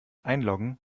einloggen